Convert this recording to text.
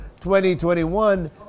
2021